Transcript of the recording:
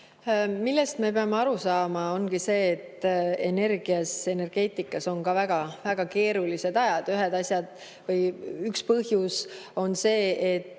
Millest me peame aru saama, ongi see, et energias, energeetikas on väga keerulised ajad. Üks põhjus on see, et